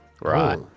Right